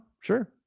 sure